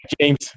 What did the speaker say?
James